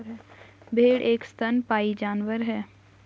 भेड़ एक स्तनपायी जानवर है